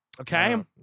okay